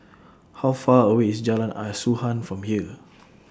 How Far away IS Jalan Asuhan from here